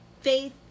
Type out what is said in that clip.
faith